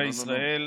אזרחי ישראל,